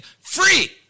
free